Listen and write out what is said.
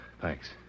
thanks